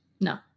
No